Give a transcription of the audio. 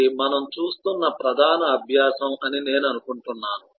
ఇది మనం చూస్తున్న ప్రధాన అభ్యాసం అని నేను అనుకుంటున్నాను